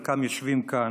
חלקם יושבים כאן,